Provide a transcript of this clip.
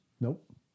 Nope